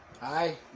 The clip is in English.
Hi